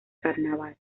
carnaval